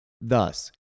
Thus